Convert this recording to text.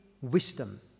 wisdom